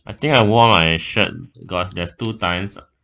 I think I wore my shirt because there was two times